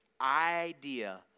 idea